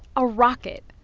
a rocket.